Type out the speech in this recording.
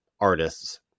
artists